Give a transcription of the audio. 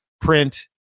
print